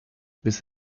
bis